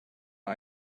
mal